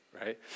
right